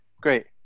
Great